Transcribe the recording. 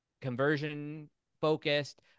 conversion-focused